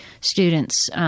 students –